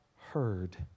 heard